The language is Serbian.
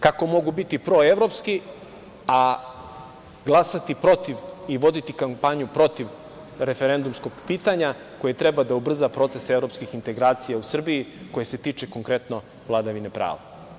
Kako mogu biti proevropski, a glasati protiv i voditi kampanju protiv referendumskog pitanja koje treba da ubrza proces evropskih integracija u Srbiji koji se tiče konkretno vladavine prava?